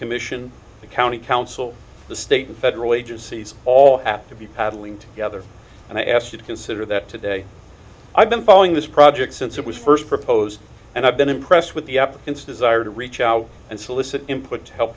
commission the county council the state and federal agencies all have to be paddling together and i ask you to consider that today i've been following this project since it was first proposed and i've been impressed with the effort since desire to reach out and solicit input to help